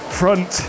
front